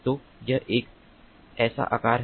तो यह एक ऐसा आकार है